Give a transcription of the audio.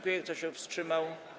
Kto się wstrzymał?